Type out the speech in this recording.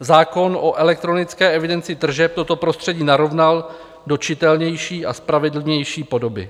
Zákon o elektronické evidenci tržeb toto prostředí narovnal do čitelnější a spravedlivější podoby.